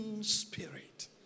spirit